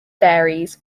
varies